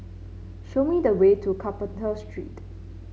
show me the way to Carpenter Street